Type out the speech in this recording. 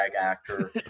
actor